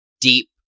deep